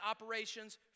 operations